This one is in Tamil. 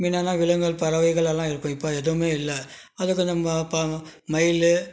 முன்னல்லாம் விலங்குகள் பறவைகள் எல்லாம் இருக்கும் இப்போ எதுவுமே இல்லை அது கொஞ்சம் இப்போ மயில்